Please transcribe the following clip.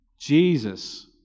Jesus